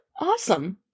Awesome